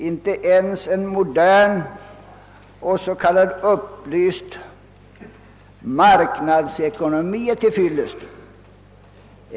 Inte ens en modern och s.k. upplyst marknadsekonomi är till fyllest.